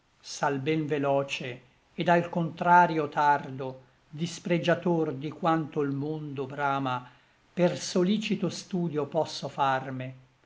s'al ben veloce et al contrario tardo dispregiator di quanto l mondo brama per solicito studio posso farme